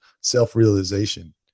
self-realization